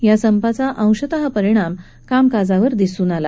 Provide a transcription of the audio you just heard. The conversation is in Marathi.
या संपाचा अंशतः परिणाम कामकाजावर दिसून आला